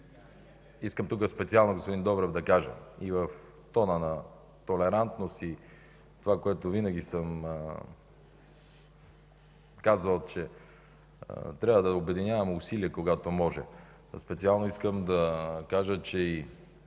искам тук специално на господин Добрев да кажа – и в тона на толерантност и това, което винаги съм казвал, че трябва да обединяваме усилията, когато можем. Специално искам да кажа, че и